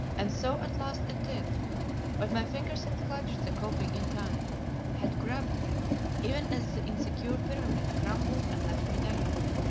and so at last it did but my fingers had clutched the coping in time had grabbed it even as the insecure pyramid crumbled and left me dangling.